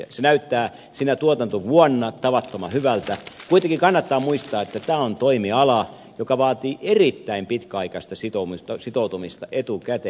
se näyttää sinä tuotantovuonna tavattoman hyvältä mutta kuitenkin kannattaa muistaa että tämä on toimiala joka vaatii erittäin pitkäaikaista sitoutumista etukäteen